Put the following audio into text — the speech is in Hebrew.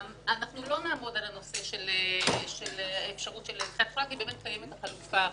אנחנו לא נעמוד על הנושא של האפשרות --- באמת קיימת החלופה האחרת.